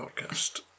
podcast